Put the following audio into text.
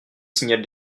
signale